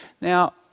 Now